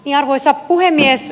arvoisa puhemies